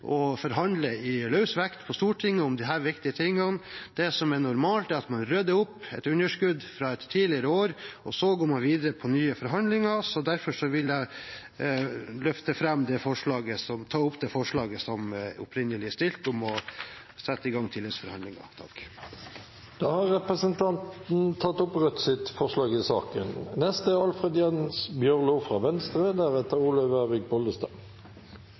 forhandle i løs vekt på Stortinget om disse viktige tingene. Det som er normalt, er at man rydder opp i et underskudd fra tidligere år, og så går man videre på nye forhandlinger. Derfor vil jeg ta opp det forslaget som opprinnelig er fremmet, om å sette i gang tilleggsforhandlinger. Representanten Geir Jørgensen har tatt opp det forslaget han refererte til. Det er ei brei felles erkjenning i denne salen om at situasjonen for landbruket no er